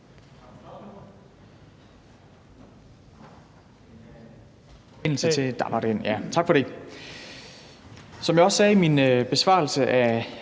Tak for det.